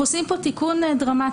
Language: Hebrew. אנחנו עושים כאן תיקון דרמטי.